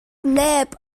neb